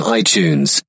iTunes